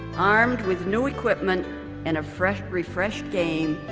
armed with new equipment and a fresh refreshed game,